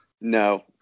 No